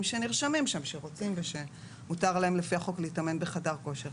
שנרשמים שם ומותר להם לפי החוק להתאמן בחדר כושר.